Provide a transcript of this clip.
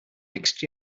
next